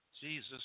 Jesus